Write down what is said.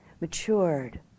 matured